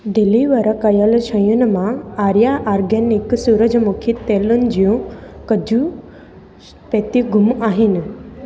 deliver कयल शयुनि मां आर्या आर्गेनिक सूरजमुखी तेलनि जूं कुझु पेतियूं ग़ुम आहिनि